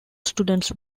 students